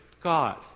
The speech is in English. God